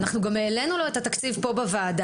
גם העלינו לו את התקציב כאן בוועדה